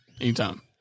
Anytime